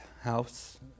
house